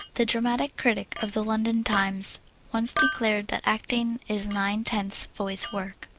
the dramatic critic of the london times once declared that acting is nine-tenths voice work.